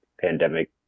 pandemic